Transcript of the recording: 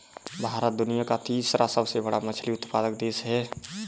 भारत दुनिया का तीसरा सबसे बड़ा मछली उत्पादक देश है